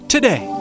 Today